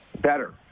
better